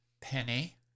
Penny